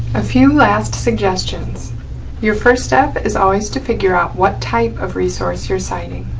a few last suggestions your first step is always to figure out what type of resource you're citing.